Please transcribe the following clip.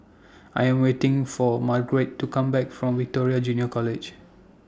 I Am waiting For Margurite to Come Back from Victoria Junior College